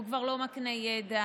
שהוא כבר לא מקנה ידע,